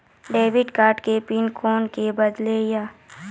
Debit card के PIN कोना के बदलबै यो?